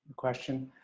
question